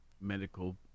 medical